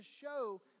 show